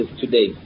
today